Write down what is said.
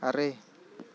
ᱟᱨᱮ